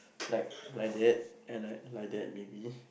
like like that and like like that maybe